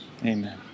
Amen